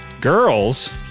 Girls